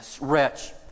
wretch